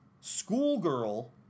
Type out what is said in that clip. Schoolgirl